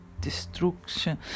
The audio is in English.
destruction